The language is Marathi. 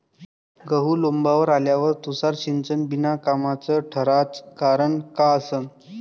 गहू लोम्बावर आल्यावर तुषार सिंचन बिनकामाचं ठराचं कारन का असन?